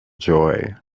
joy